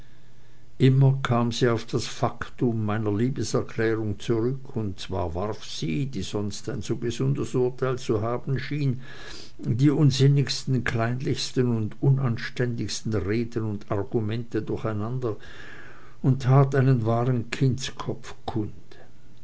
immer kam sie auf das faktum meiner liebeserklärung zurück und zwar warf sie die sonst ein so gesundes urteil zu haben schien die unsinnigsten kleinlichsten und unanständigsten reden und argumente durcheinander und tat einen wahren kindskopf kund